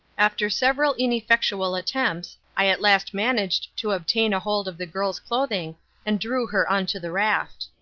after several ineffectual attempts i at last managed to obtain a hold of the girl's clothing and drew her on to the raft.